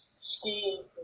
school